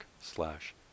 slash